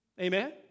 Amen